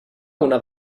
una